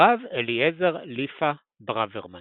הרב אליעזר ליפא ברוורמן